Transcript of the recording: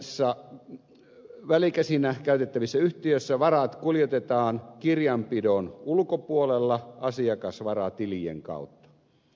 suomalaisissa välikäsinä käytettävissä yhtiöissä varat kuljetetaan kirjanpidon ulkopuolella asiakasvaratilien kautta